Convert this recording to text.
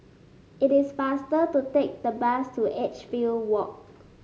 it is faster to take the bus to Edgefield Walk